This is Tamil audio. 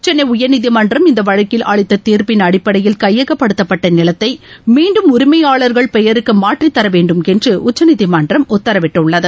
சென்னை உயர்நீதிமன்றம் இந்த வழக்கில் அளித்த தீர்ப்பின் அடிப்படையில் கையப்படுத்தப்பட்ட நிலத்தை மீண்டும் உரிமையாளர்கள் பெயருக்கு மாற்றித்தர வேண்டும் என்று உச்சநீதிமன்றம் உத்தரவிட்டுள்ளது